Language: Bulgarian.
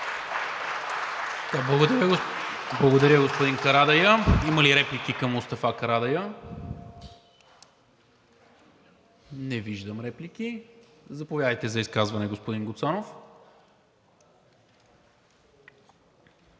Благодаря, господин Карадайъ. Има ли реплики към Мустафа Карадайъ? Не виждам. Заповядайте за изказване, господин Гуцанов.